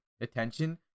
attention